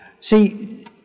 See